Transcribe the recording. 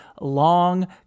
long